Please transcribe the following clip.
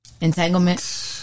entanglement